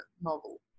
novel